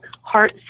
heart